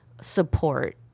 support